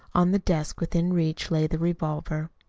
on the desk within reach lay the revolver.